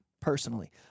personally